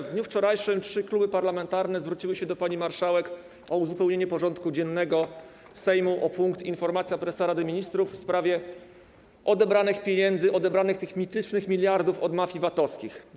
W dniu wczorajszym trzy kluby parlamentarne zwróciły się do pani marszałek o uzupełnienie porządku dziennego Sejmu o punkt: Informacja prezesa Rady Ministrów w sprawie odebranych pieniędzy, tych mitycznych miliardów odebranych od mafii VAT-owskich.